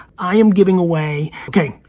i am giving away, okay,